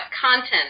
content